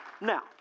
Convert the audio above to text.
now